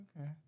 okay